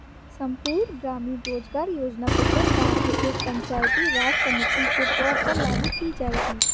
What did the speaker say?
संपूर्ण ग्रामीण रोजगार योजना प्रत्येक गांव के पंचायती राज समिति के तौर पर लागू की जाएगी